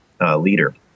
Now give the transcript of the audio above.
leader